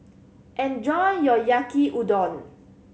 enjoy your Yaki Udon